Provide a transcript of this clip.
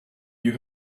you